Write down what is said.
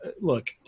look